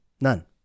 None